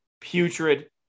putrid